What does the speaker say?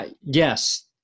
Yes